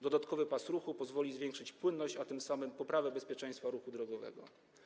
Dodatkowy pas ruchu pozwoli zwiększyć płynność, a tym samym poprawi bezpieczeństwo ruchu drogowego.